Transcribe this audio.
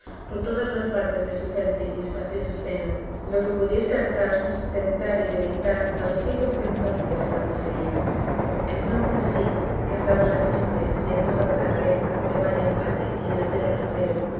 por todas las partes de su fértil y espacioso seno lo que pudiese hartar sustentar y deleitar a los hijos que entonces la poseían entonces sí que andaban las simples y hermosas zagalejas de valle en valle y de otero en otero